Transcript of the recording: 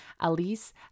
Alice